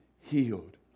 healed